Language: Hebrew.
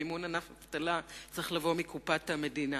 מימון ענף אבטלה צריך לבוא מקופת המדינה,